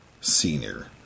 Senior